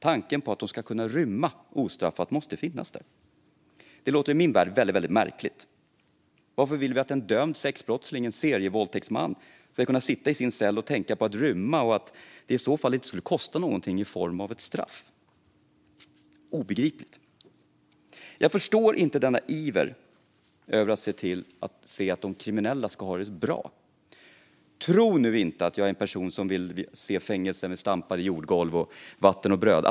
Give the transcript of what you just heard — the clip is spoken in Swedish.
Tanken på att de ska kunna rymma ostraffat måste finnas där. Detta låter i min värld märkligt. Varför vill vi att en dömd sexbrottsling, en serievåldtäktsman, ska kunna sitta i sin cell och tänka på att rymma och att det i så fall inte skulle kosta något i form av ett straff? Det är obegripligt. Jag förstår inte denna iver över att de kriminella ska ha det bra. Tro nu inte att jag är en person som vill se fängelser med stampade jordgolv och vatten och bröd.